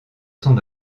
son